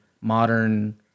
modern